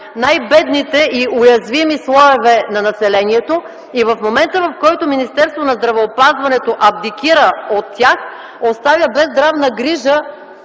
най-бедните и уязвими слоеве на населението и в момента, в който Министерство на здравеопазването абдикира от тях, оставя без здравна грижа